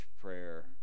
prayer